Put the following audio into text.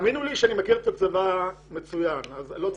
תאמינו לי שאני מכיר את הצבא מצוין אז אני לא צריך את ההערות הללו.